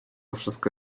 wszystko